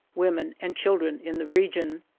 women, and children in the region.